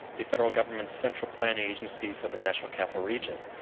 the federal government's central plan agency for the national capital region.